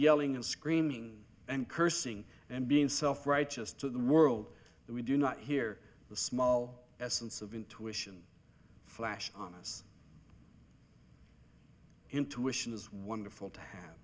yelling and screaming and cursing and being self righteous to the world that we do not hear the small essence of intuition flash honest intuition is wonderful to have